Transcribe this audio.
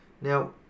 Now